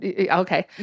okay